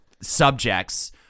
subjects